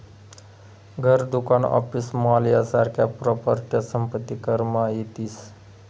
घर, दुकान, office, mall यासारख्या प्रॉपर्ट्या संपत्ती करमा येतीस